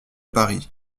paris